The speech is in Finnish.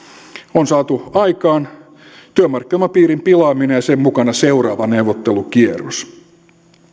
on saatu aikaan työmarkkinailmapiirin pilaaminen ja sen mukana seuraava neuvottelukierros